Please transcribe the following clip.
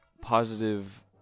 positive